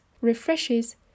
refreshes